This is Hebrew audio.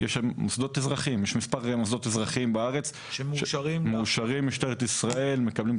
יש מספר מוסדות אזרחיים שמקבלים תו תקן ומאושרים על ידי משטרת ישראל.